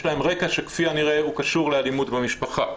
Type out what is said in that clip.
להם רקע שכפי הנראה הוא קשור לאלימות במשפחה.